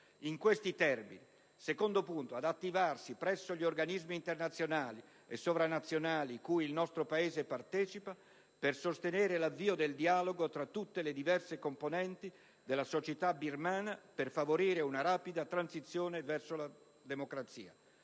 rispetto dei diritti umani; ad attivarsi, presso gli organismi internazionali e sovranazionali cui il nostro Paese partecipa, per sostenere l'avvio del dialogo tra tutte le diverse componenti della società Birmana per favorire una rapida transizione verso la democrazia;